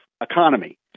economy